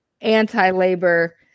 anti-labor